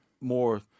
more